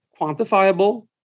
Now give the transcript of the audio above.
quantifiable